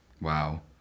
wow